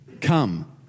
Come